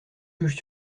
juges